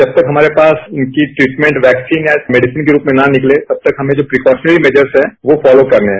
जब तक हमारे पास इनकी ट्रीटमेंट वैक्सीन या मेखिसिन के रूप में ना निकले तब तक हमें जो प्रिकॉशनरी मेजर्स हैं वो पहले करने हैं